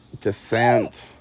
descent